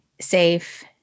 safe